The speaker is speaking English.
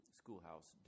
schoolhouse